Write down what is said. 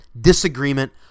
disagreement